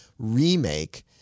remake